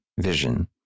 vision